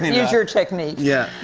use your technique. yeah.